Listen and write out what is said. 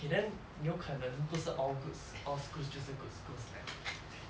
okay then 有可能不是 all good s~ all schools 就是 good schools like